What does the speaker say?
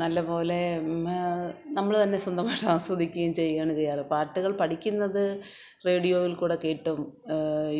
നല്ലപോലെ നമ്മള് തന്നെ സ്വന്തമായിട്ട് ആസ്വദിക്കുകയും ചെയ്യുകയാണ് ചെയ്യാറ് പാട്ടുകൾ പഠിക്കുന്നത് റേഡിയോയിൽ കൂടെ കേട്ടും